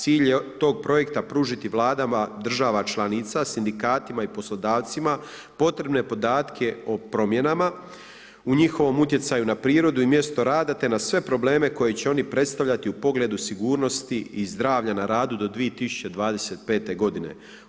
Cilj je tog projekta pružiti vladama država članica sindikatima i poslodavcima potrebne podatke o promjenama u njihovom utjecaju na prirodu i mjesto rada, te na sve probleme koje će oni predstavljati u pogledu sigurnosti i zdravlja na radu do 2025 godine.